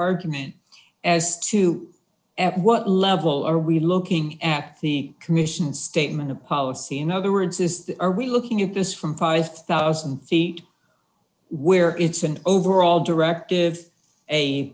argument as to what level are we looking at the commission statement of policy in other words is are we looking at this from five thousand feet where it's an overall directive a